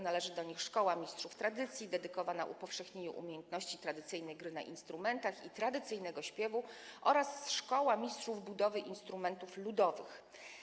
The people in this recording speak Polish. Należy do nich „Szkoła mistrzów tradycji”, dedykowana upowszechnieniu umiejętności tradycyjnej gry na instrumentach i tradycyjnego śpiewu, oraz „Szkoła mistrzów budowy instrumentów ludowych”